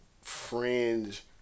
fringe